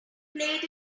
played